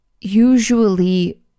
usually